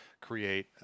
create